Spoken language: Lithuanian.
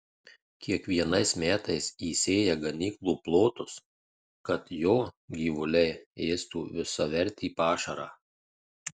kiekvienais metais įsėja ganyklų plotus kad jo gyvuliai ėstų visavertį pašarą